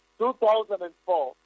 2004